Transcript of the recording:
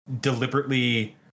deliberately